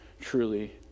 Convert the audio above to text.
truly